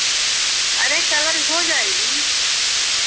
अरे कलर हो जाएगी